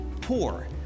poor